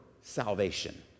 salvation